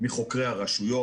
מחוקרי הרשויות,